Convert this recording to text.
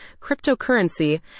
cryptocurrency